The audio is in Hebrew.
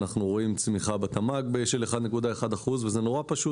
אנחנו רואים צמיחה בתמ"ג של 1.1 אחוז וזה מאוד פשוט.